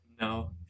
No